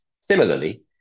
Similarly